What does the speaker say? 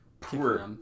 Poor